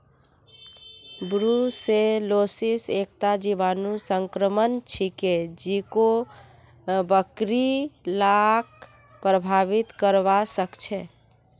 brucellosis एकता जीवाणु संक्रमण छिके जेको बकरि लाक प्रभावित करवा सकेछे